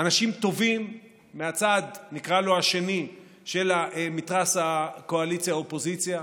אנשים טובים מהצד שנקרא לו "השני" של מתרס הקואליציה אופוזיציה,